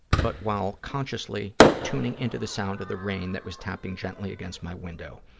but while consciously tuning in to the sound of the rain that was tapping gently against my window.